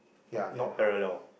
not not parallel